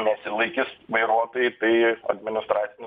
nesilaikys vairuotojai tai administracinių